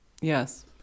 yes